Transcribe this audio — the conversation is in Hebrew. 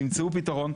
תמצאו פתרון,